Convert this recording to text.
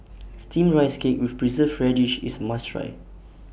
Steamed Rice Cake with Preserved Radish IS A must Try